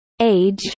age